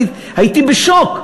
אני הייתי בשוק.